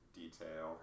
detail